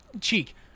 Cheek